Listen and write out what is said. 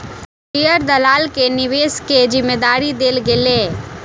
share दलाल के निवेश के जिम्मेदारी देल गेलै